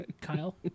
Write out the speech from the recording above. Kyle